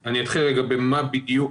אני אתחיל רגע במה בדיוק